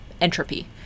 entropy